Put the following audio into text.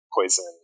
poison